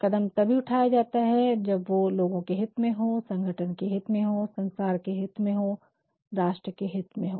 कदम तभी उठाया जाता है जब वो लोगो के हित में हो संगठन के हित में हो संसार के हित में हो राष्ट्र के हित में हो